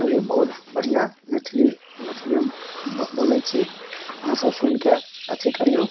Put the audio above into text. जानलहुँ बहुत बढ़िआँ मैथिली मैथिली हम बोलैत छी अहाँ सब सुनिके अथी करियौ